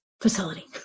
facility